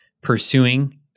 pursuing